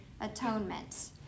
atonement